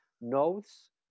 nodes